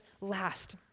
last